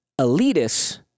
elitists